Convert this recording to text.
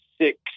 six